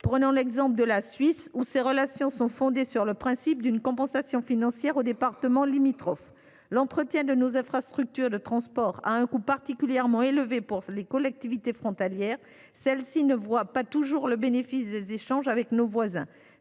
Prenons l’exemple de la Suisse, où ces relations sont fondées sur le principe d’une compensation financière aux départements limitrophes. « L’entretien de nos infrastructures de transport a un coût particulièrement élevé pour les collectivités frontalières, qui ne voient pas toujours le bénéfice des échanges avec nos voisins.